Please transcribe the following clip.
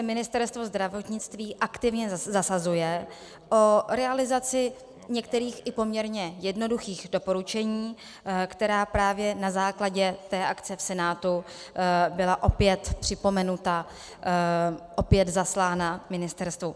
Ministerstvo zdravotnictví aktivně zasazuje o realizaci některých i poměrně jednoduchých doporučení, která právě na základě té akce v Senátu byla opět připomenuta, opět zaslána ministerstvu.